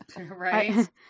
right